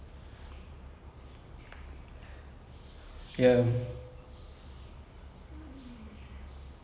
so all his movies right that he made was remix of like telugu and like kannadam and like [what] not